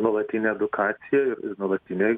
nuolatinė edukacija nuolatinė